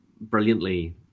brilliantly